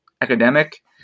academic